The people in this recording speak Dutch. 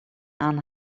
aan